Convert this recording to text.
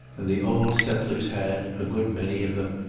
and the old settlers had, a good many of them,